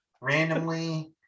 randomly